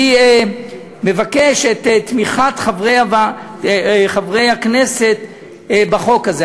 אני מבקש את תמיכת חברי הכנסת בחוק הזה.